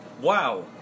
Wow